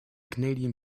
canadian